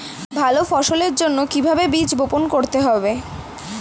ভালো ফসলের জন্য কিভাবে বীজ বপন করতে হবে?